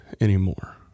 anymore